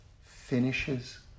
finishes